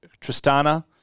Tristana